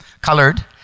colored